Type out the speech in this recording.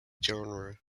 genre